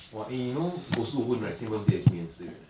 !wah! eh you know goh su hun same birthday as me and si yuan leh